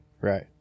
right